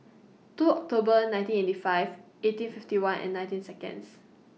two October nineteen eighty five eighteen fifty one and nineteen Seconds